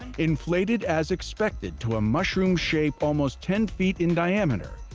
inflated as expected to a mushroom shape almost ten feet in diameter,